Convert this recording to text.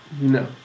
No